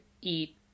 eat